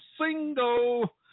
single